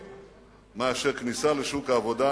מהעוני מאשר כניסה לשוק העבודה.